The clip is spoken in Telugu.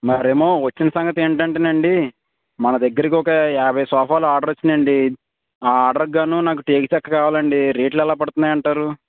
మరేమో వచ్చిన సంగతేంటంటే అండీ మన దగ్గరకి ఒక యాభై సోఫాలు ఆర్డర్ వచ్చినయండీ ఆ ఆర్డర్గ్గాను నాకు టేక్ చెక్క కావాలండీ రెట్లేలా పడతా అంటారు